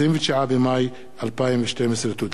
26 במאי 2012. תודה.